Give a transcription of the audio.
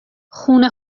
خون